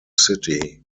city